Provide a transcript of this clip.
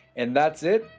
and that's it,